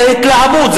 זה התלהמות,